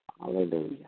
Hallelujah